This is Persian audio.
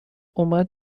اومد